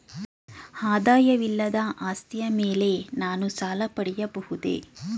ಆದಾಯವಿಲ್ಲದ ಆಸ್ತಿಯ ಮೇಲೆ ನಾನು ಸಾಲ ಪಡೆಯಬಹುದೇ?